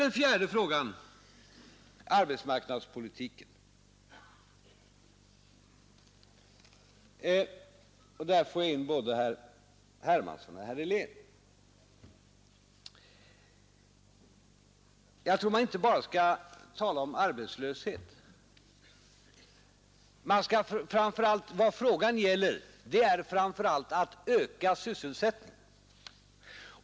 Den fjärde frågan handlar om arbetsmarknadspolitiken, och där får jag in både herr Hermansson och herr Helén. Jag tror att man inte bara skall tala om arbetslöshet. Vad saken gäller är framför allt att öka sysselsättningen.